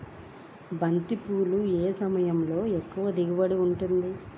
బంతి పువ్వు ఏ సమయంలో ఎక్కువ దిగుబడి ఉంటుంది?